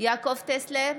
יעקב טסלר,